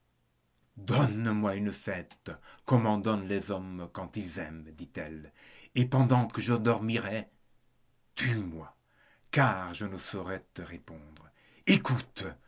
donne-moi une fête comme en donnent les hommes quand ils aiment dit-elle et pendant que je dormirai tue-moi car je ne saurais te répondre écoute